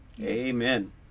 Amen